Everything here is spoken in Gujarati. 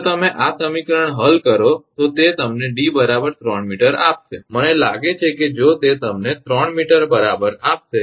જો તમે આ સમીકરણ હલ કરો તો તે તમને 𝐷 3 𝑚 આપશે મને લાગે છે કે જો તે તમને 3 𝑚 બરાબર આપશે